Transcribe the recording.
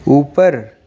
اوپر